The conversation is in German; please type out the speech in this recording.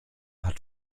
hat